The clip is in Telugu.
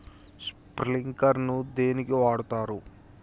స్ప్రింక్లర్ ను దేనికి వాడుతరు?